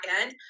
end